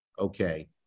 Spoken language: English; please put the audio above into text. Okay